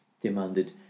demanded